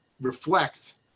reflect